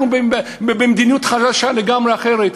אנחנו במדיניות חדשה, לגמרי אחרת.